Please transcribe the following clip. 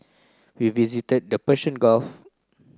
we visited the Persian Gulf